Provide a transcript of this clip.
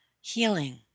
healing